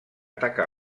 taca